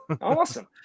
awesome